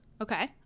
Okay